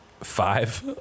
five